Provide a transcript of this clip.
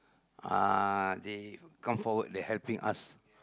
uh they come forward they helping us